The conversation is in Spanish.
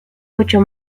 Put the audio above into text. mucho